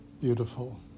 beautiful